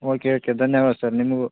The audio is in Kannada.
ಓಕೆ ಓಕೆ ಧನ್ಯವಾದ ಸರ್ ನಿಮಗು